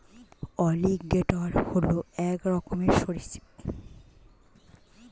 alligator হল এক রকমের সরীসৃপ